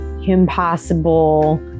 Impossible